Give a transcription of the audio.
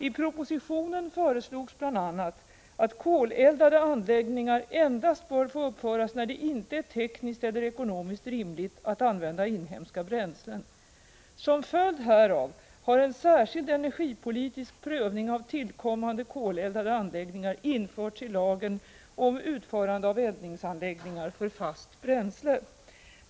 I propositionen föreslogs bl.a. att koleldade anläggningar endast bör få uppföras när det inte är tekniskt eller ekonomiskt rimligt att använda inhemska bränslen. Som en följd härav har en särskild energipolitisk prövning av tillkommande koleldade anläggningar införts i lagen om utförande av eldningsanläggningar för fast bränsle.